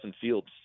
Fields